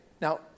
now